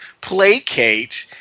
placate